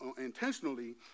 intentionally